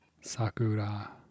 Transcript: Sakura